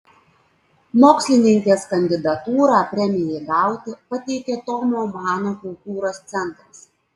mokslininkės kandidatūrą premijai gauti pateikė tomo mano kultūros centras